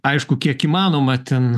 aišku kiek įmanoma ten